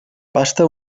pasta